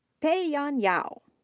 peiyan yao.